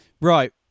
right